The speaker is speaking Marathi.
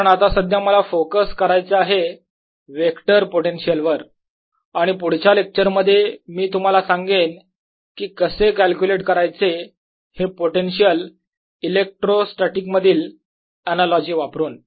कारण आता सध्या मला फोकस करायचे आहे वेक्टर पोटेन्शियल वर आणि पुढच्या लेक्चर मध्ये मी तुम्हाला सांगेन की कसे कॅल्क्युलेट करायचे हे पोटेन्शियल इलेक्ट्रोस्टॅटीक मधील अनालॉजी वापरून